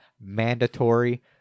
mandatory